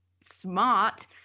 smart